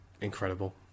Incredible